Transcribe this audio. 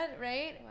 Right